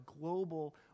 global